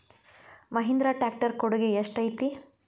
Mahindra tractor ಕೊಡುಗೆ ಎಷ್ಟು ಐತಿ?